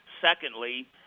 Secondly